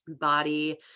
body